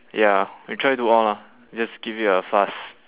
ya we try do all lah just give it a fast